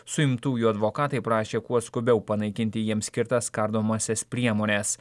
suimtųjų advokatai prašė kuo skubiau panaikinti jiems skirtas kardomąsias priemones